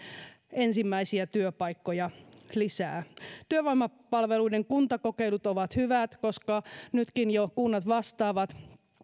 ensimmäisiä työpaikkoja lisää työvoimapalveluiden kuntakokeilut ovat hyvät koska nytkin jo kunnat vastaavat